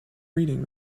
reading